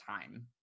time